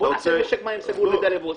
בוא נעשה משק מים סגור לדליה ועוספיה.